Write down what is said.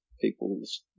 people's